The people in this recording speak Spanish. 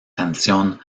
canción